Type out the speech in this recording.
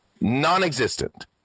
Non-existent